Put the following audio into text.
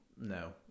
No